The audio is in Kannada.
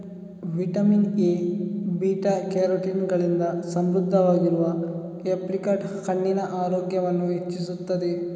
ವಿಟಮಿನ್ ಎ, ಬೀಟಾ ಕ್ಯಾರೋಟಿನ್ ಗಳಿಂದ ಸಮೃದ್ಧವಾಗಿರುವ ಏಪ್ರಿಕಾಟ್ ಕಣ್ಣಿನ ಆರೋಗ್ಯವನ್ನ ಹೆಚ್ಚಿಸ್ತದೆ